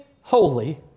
holy